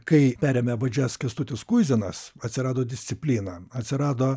kai perėmė vadžias kęstutis kuizinas atsirado disciplina atsirado